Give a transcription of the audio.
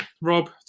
Rob